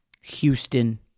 Houston